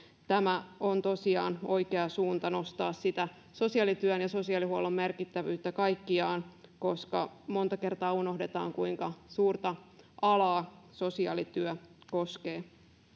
tämä on tosiaan oikea suunta nostaa sosiaalityön ja sosiaalihuollon merkittävyyttä kaikkiaan koska monta kertaa unohdetaan kuinka suurta alaa sosiaalityö koskee